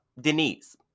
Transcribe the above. Denise